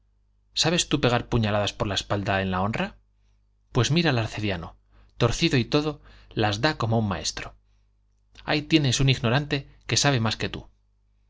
sabes tú pegar puñaladas por la espalda en la honra pues mira al arcediano torcido y todo las da como un maestro ahí tienes un ignorante que sabe más que tú